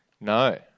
No